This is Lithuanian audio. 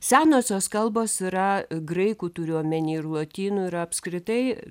senosios kalbos yra graikų turiu omeny ir lotynų ir apskritai